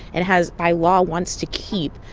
it has by law, wants to keep.